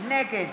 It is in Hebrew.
נגד